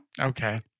Okay